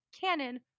cannon